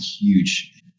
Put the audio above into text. huge